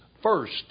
first